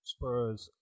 Spurs